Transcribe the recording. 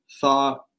thought